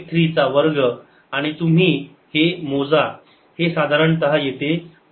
83 चा वर्ग आणि तुम्ही हे मोजा हे साधारणतः येते 1 भागिले 270